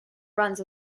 runs